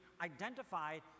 identified